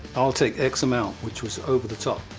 i'll take x amount, which was over the top.